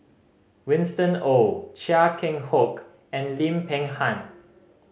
Winston Oh Chia Keng Hock and Lim Peng Han